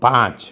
પાંચ